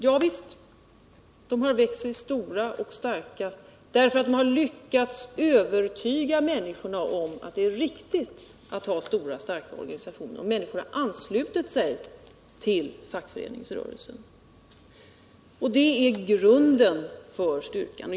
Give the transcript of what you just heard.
Ja, visst har den blivit oerhört stark — för att man lyckats övertyga människorna om att det är riktigt att ha stora och starka organisationer. Människor har anslutit sig till fackföreningsrörelsen, och det är grunden till styrkan.